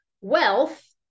wealth